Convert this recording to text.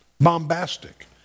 bombastic